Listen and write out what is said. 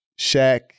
Shaq